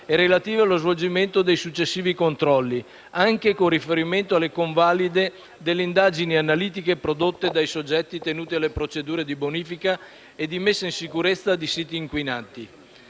ambientale e allo svolgimento dei successivi controlli, anche con riferimento alle convalide delle indagini analitiche prodotte dai soggetti tenuti alle procedure di bonifica e di messa in sicurezza di siti inquinanti.